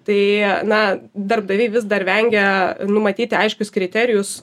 tai na darbdaviai vis dar vengia numatyti aiškius kriterijus